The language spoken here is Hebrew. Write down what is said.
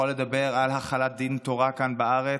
יכול לדבר על החלת דין תורה כאן בארץ,